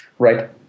Right